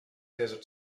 desert